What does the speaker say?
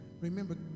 remember